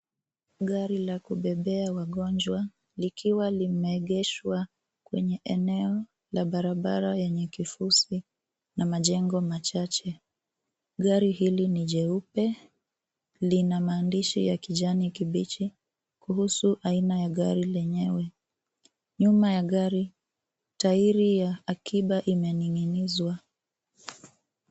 Gari la kubebea wagonjwa, likiwa linaejeshwa kwenye eneo la barabara yenye kifuzi na majengo machache. Gari hili ni jeupe, lina maandishi ya kijani kibichi, kuhusu aina ya gari lenyewe . Nyuma ya gari tairi ya akiba imeninginizwa.